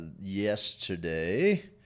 Yesterday